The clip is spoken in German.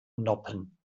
noppen